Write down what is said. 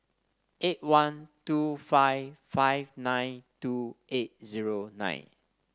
eight one two five five nine two eight zero nine